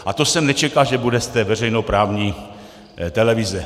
A to jsem nečekal, že bude z té veřejnoprávní televize.